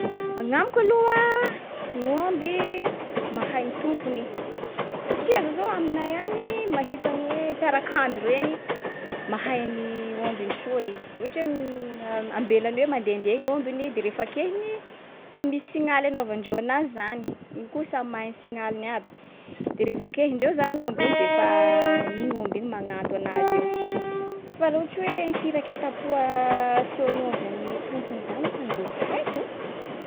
Agnamiko aloha a gny omby mahay ny tompony. Satria za zao aminay any, mahita ny hoe piarakanjo regny. Mahay ny ombiny soa i. Ohatra hoe am- ambelany eo mandendeha ny ombiny de refa kehiny fa misy signale anaovandreo anazy zany. Iny koa samy mahay ny signale-ny aby. De re vao kehindreo zany omby iny de fa igny omby igny magnanto anazy eo. Fa laha ohatra hoe ny firaketam-po asehon'ny omby an’ny tompony zany ohatrany mbô tsy haiko.